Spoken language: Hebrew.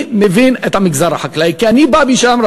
אני מבין את המגזר החקלאי כי אני בא משם,